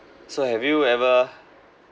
so have you ever